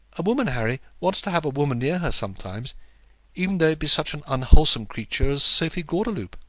a woman, harry, wants to have a woman near her sometimes even though it be such an unwholesome creature as sophie gordeloup.